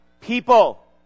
people